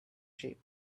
sheep